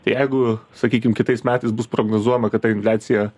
tai jeigu sakykim kitais metais bus prognozuojama kad ta infliacija